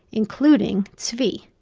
including zvi.